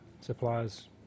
suppliers